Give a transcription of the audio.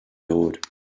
load